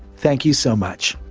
thank you so much.